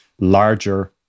larger